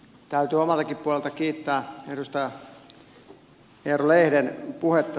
täytyy omaltakin puolelta kiittää edustaja eero lehden puhetta